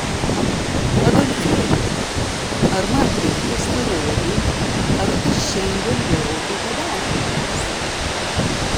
adolfėli ar man taip pasirodė ar tu šiandien gerokai padauginęs